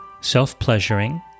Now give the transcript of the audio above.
self-pleasuring